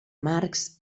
marx